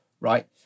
Right